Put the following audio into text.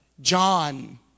John